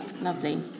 Lovely